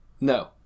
no